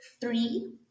three